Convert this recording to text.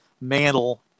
Mantle